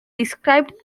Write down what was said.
described